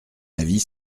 avis